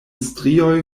strioj